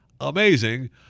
amazing